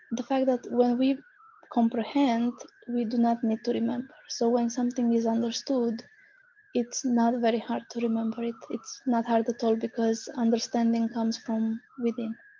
the fact that when we comprehend, we do not need to remember. so when something is understood it's not very hard to remember it, it's not hard at all because understanding comes from within.